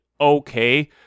okay